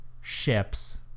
ships